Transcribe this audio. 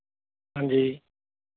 ਹਾਂਜੀ